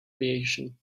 creation